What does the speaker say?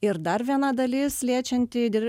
ir dar viena dalis liečianti dėl